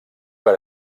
per